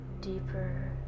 deeper